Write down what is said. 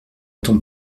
ton